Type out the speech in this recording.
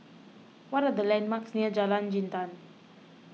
what are the landmarks near Jalan Jintan